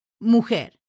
mujer